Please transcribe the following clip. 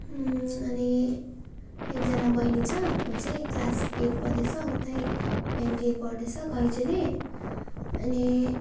अनि एकजना बैनी छ ऊ चाहिँ क्लास एट पढ्दैछ ऊ त्यही एनडिए पढ्दैछ काइँली चाहिँले अनि